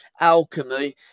Alchemy